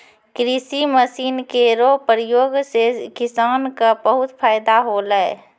कृषि मसीन केरो प्रयोग सें किसान क बहुत फैदा होलै